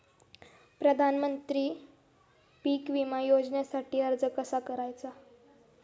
प्रधानमंत्री पीक विमा योजनेसाठी अर्ज कसा करायचा?